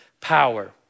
power